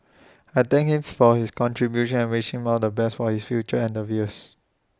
I thank him for his contributions and wish him all the best for his future endeavours